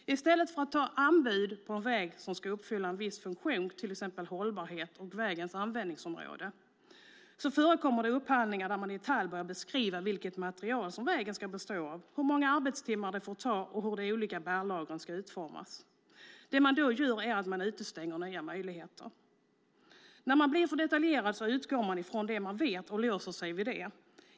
I stället för att ta in anbud på en väg som ska uppfylla en viss funktion, till exempel hållbarhet och vägens användningsområde, förekommer det upphandlingar där man i detalj börjar beskriva vilket material som vägen ska bestå av, hur många arbetstimmar det får ta och hur de olika bär1agren ska utformas. Det man då gör är att man utestänger nya möjligheter. När man blir för detaljerad utgår man från det man vet och låser sig vid det.